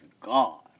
God